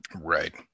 Right